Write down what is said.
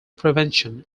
prevention